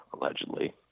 allegedly